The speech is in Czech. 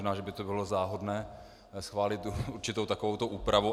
Možná že by to bylo záhodné schválit, tu určitou takovouto úpravu.